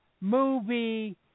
movie